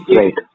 right